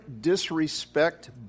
disrespect